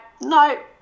no